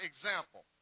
example